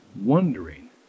wondering